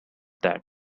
that